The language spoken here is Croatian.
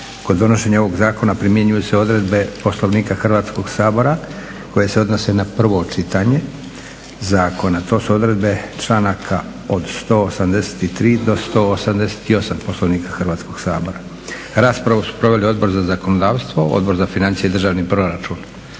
Kod donošenja ovog zakona primjenjuju se odredbe Poslovnika Hrvatskog sabora koje se odnose na prvo čitanje zakona. To su odredbe članaka od 183. do 188. Poslovnika Hrvatskog sabora. Raspravu su proveli Odbor za zakonodavstvo i Odbor za financije i državni proračun.